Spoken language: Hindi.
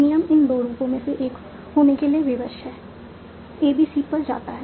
नियम इन 2 रूपों में से एक होने के लिए विवश हैं A B C पर जाता है